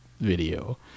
video